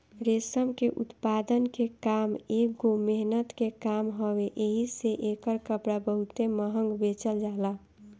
रेशम के उत्पादन के काम एगो मेहनत के काम हवे एही से एकर कपड़ा बहुते महंग बेचल जाला